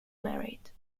married